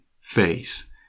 Face